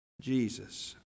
Jesus